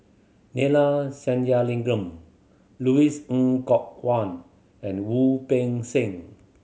Neila Sathyalingam Louis Ng Kok Kwang and Wu Peng Seng